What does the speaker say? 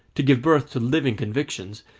to give birth to living convictions,